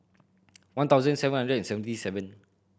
one thousand seven hundred and seventy seven